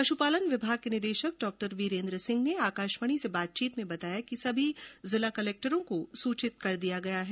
पशुपालन विभाग के निदेशक डॉ वीरेन्द्र सिंह ने आकाशवाणी से बातचीत में बताया कि सभी जिला कलेक्टरों को सूचित कर दिया गया है